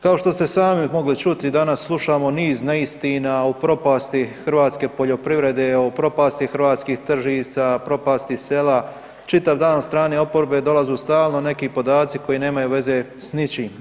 Kao što ste i sami mogli čuti, danas slušamo niz neistina o propasti hrvatske poljoprivrede, o propasti hrvatskih tržnica, propasti sela, čitav dan od strane oporbe dolaze stalno neki podaci koji nemaju veze s ničim.